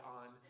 on